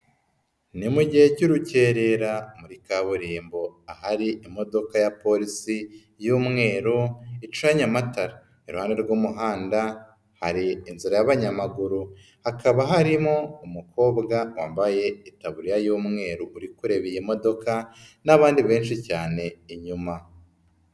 Ni mu gihe cy'urukerera muri kaburimbo ahari imodoka ya polisi y'umweru icanye amatara. Iruhande rw'umuhanda hari inzira y'abanyamaguru, hakaba harimo umukobwa wambaye itaburiya y'umweru uri kureba iyi modoka n'abandi benshi cyane inyuma.